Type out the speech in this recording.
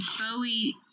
Bowie